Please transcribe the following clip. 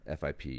FIP